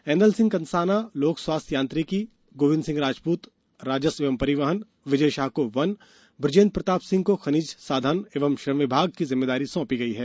एन्दल सिंह कंषाना लोक स्वास्थ्य यांत्रिकी गोविन्द सिंह राजपूत राजस्व एवं परिवहन विजय शाह को वन वुजेन्द्र प्रताप सिंह को खनिज साधन एवं श्रम विभाग की जिम्मेदारी सौंपी गई है